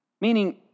Meaning